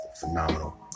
phenomenal